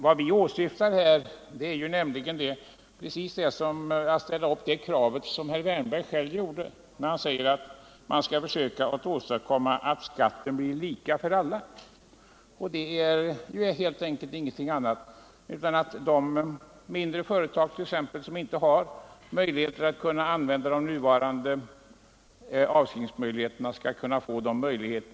Vad vi åsyftar är precis det som herr Wärnberg själv krävde, nämligen att man skall försöka åstadkomma att skatten blir lika för alla. Vi vill att de mindre företag som inte kan använda de nuvarande avskrivningsreglerna skall få möjlighet till detta.